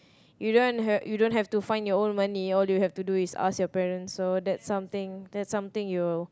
you don't heard you don't have to find your own money all you have to do is ask your parents so that's something that's something you'll